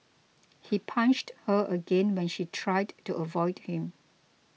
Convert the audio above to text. he punched her again when she tried to avoid him